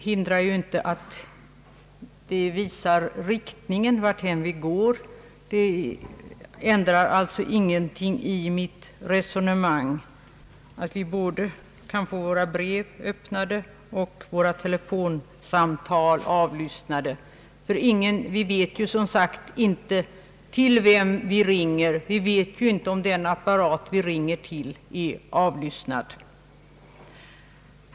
Men detta ändrar ingenting i mitt resonemang. Vi kan alltså få våra brev öppnade och våra telefonsamtal avlyssnade. Vi vet ju inte om den apparat vi ringer till är avlyssnad.